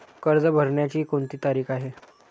कर्ज भरण्याची कोणती तारीख आहे?